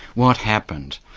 what happened?